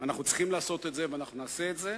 אנחנו צריכים לעשות את זה ואנחנו נעשה את זה.